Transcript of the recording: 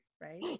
right